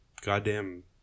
goddamn